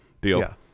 Deal